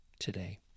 today